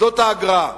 זה האגרה.